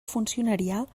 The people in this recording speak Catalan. funcionarial